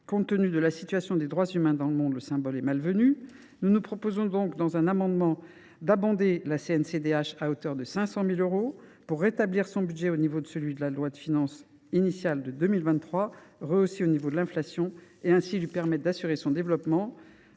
Compte tenu de la situation des droits humains dans le monde, le symbole est malvenu. Nous proposerons donc un amendement visant à abonder la CNCDH, à hauteur de 500 000 euros, pour rétablir son budget au niveau de celui de la loi de finances initiale de 2023, rehaussé du niveau de l’inflation, et pour ainsi lui permettre d’assurer son développement.